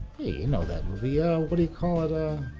hey, you know that movie, ah what do you call it?